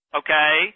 okay